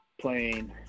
playing